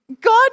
God